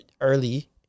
early